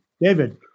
David